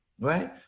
Right